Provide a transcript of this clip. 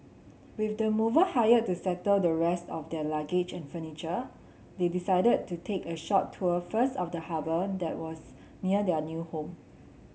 with the mover hired to settle the rest of their luggage and furniture they decided to take a short tour first of the harbour that was near their new home